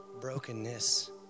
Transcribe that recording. brokenness